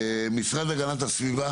המשרד להגנת הסביבה